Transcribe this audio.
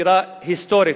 סקירה היסטורית.